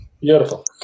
Beautiful